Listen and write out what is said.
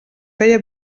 feia